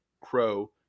Crow